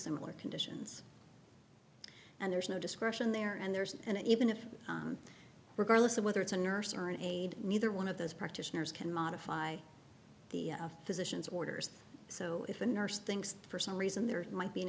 similar conditions and there's no discretion there and there's an even if regardless of whether it's a nurse or an aide neither one of those practitioners can modify the physician's orders so if a nurse thinks for some reason there might be an